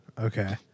Okay